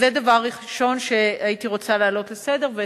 אז זה דבר ראשון שהייתי רוצה להעלות על סדר-היום,